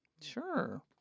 Sure